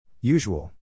Usual